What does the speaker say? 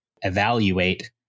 evaluate